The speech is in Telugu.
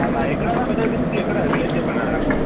అన్న ఎక్కడన్న మెదక్ డిస్టిక్లో ఎక్కడ విలేజ్ చెప్పండన్న నాకు